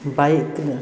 bike